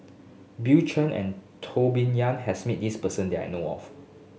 Bill Chen and Tou Been Yang has met this person that I know of